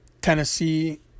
Tennessee